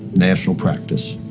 national practice.